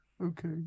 Okay